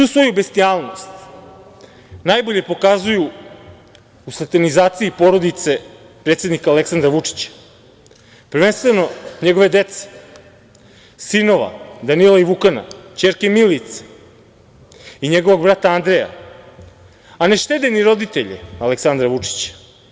Svu svoju bestijalnost najbolje pokazuju u satanizaciji porodice predsednika Aleksandra Vučića, prvenstveno njegove dece, sinova Danila i Vukana, ćerke Milice i njegovog brata Andreja, a ne štede ni roditelje Aleksandra Vučića.